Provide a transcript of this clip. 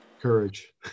courage